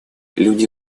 люди